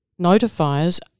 notifiers